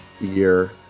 year